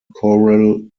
coral